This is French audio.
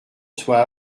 soit